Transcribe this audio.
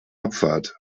abfahrt